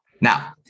Now